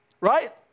right